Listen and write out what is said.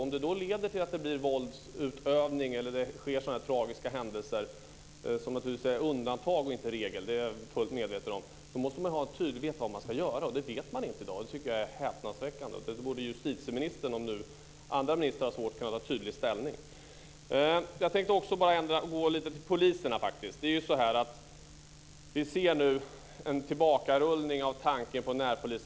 Om det kommer till våldsutövning och det sker tragiska händelser - jag är fullt medveten om att det är undantag och inte regel - måste man veta vad man ska göra. Det vet man inte i dag, och det tycker jag är häpnadsväckande. Här borde justitieministern, även om andra ministrar har svårt att göra det, ta tydlig ställning. Jag tänkte också ta upp poliserna. Vi märker nu att tanken på närpolisverksamhet tas tillbaka.